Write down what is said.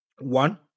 one